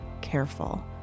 careful